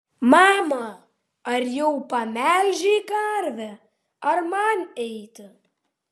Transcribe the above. mama ar jau pamelžei karvę ar man eiti